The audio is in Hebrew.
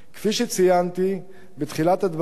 כפי שציינתי בתחילת הדברים,